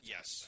Yes